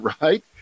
right